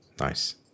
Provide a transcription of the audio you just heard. nice